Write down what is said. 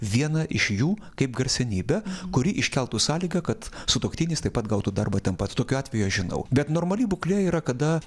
vieną iš jų kaip garsenybę kuri iškeltų sąlygą kad sutuoktinis taip pat gautų darbą ten pat tokių atvejų aš žinau bet normali būklė yra kada